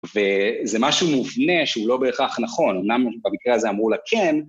וזה משהו מובנה שהוא לא בהכרח נכון, אמנם במקרה הזאת אמרו לה כן